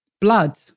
blood